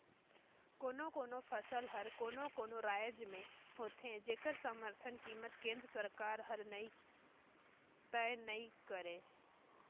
कोनो कोनो फसल हर कोनो कोनो रायज में होथे जेखर समरथन कीमत केंद्र सरकार हर तय नइ करय